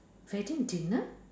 wedding dinner